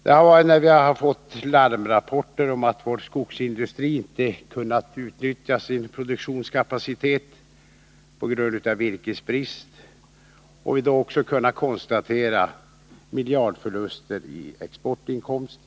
Vi har haft anledning att göra det då vi fått larmrapporter om att vår skogsindustri inte kunnat utnyttja sin produktionskapacitet på grund av virkesbrist och vi därvid kunnat konstatera miljardförluster i exportinkomster.